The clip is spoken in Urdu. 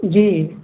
جی